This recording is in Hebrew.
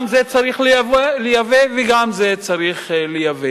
גם את זה צריך לייבא וגם את זה צריך לייבא.